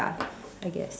I guess yes